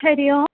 हरिः ओम्